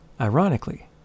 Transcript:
Ironically